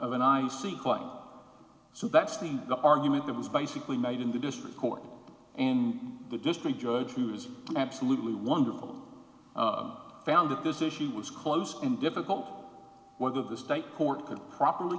an i c quite so that's the argument that was basically made in the district court and the district judge who is absolutely wonderful found that this issue was closed and difficult whether the state court could properly